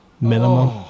minimum